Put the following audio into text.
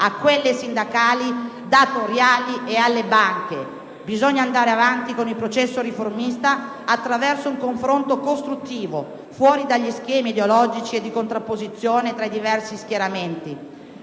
politiche, sindacali, datoriali e alle banche. Bisogna andare avanti con il processo riformista attraverso un confronto costruttivo, fuori dagli schemi ideologici e di contrapposizione tra i diversi schieramenti.